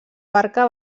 barca